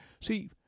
see